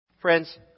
Friends